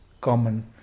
common